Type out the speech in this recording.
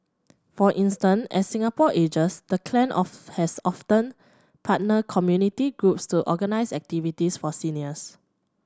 for instance as Singapore ages the clan of has often partnered community groups to organise activities for seniors